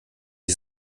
ich